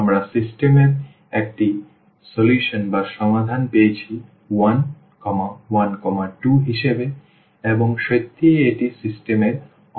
আমরা সিস্টেম এর একটি সমাধান পেয়েছি 1 1 2 হিসাবে এবং সত্যিই এটি সিস্টেম এর অনন্য সমাধান